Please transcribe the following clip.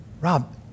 Rob